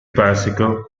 bicycle